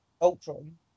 Ultron